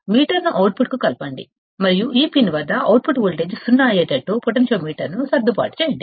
మీటర్ను అవుట్పుట్కు కలపండి మరియు ఈ పిన్ వద్ద దీన్ని VEE కి కలపడం ద్వారా అవుట్పుట్ వోల్టేజ్ సున్నా అయేటట్టు పొటెన్షియోమీటర్ను సర్దుబాటు చేయండి